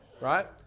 right